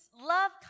Love